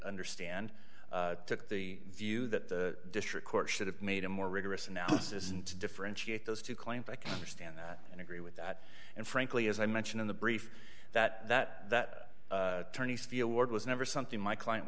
understand took the view that the district court should have made a more rigorous analysis and to differentiate those two claims i can understand that and agree with that and frankly as i mentioned in the brief that that that tourney's feel ward was never something my client